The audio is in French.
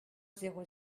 zéro